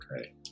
Okay